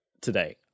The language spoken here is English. today